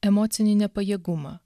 emocinį nepajėgumą